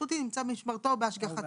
שכלית-התפתחותית נמצא במשמרתו או בהשגחתו,